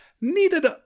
needed